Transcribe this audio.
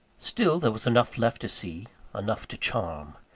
still there was enough left to see enough to charm.